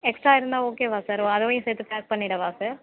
extra இருந்தால் ஓகேவா sir அதுவையும் சேர்த்து பேக் பண்ணிவிடவா சார்